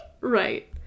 right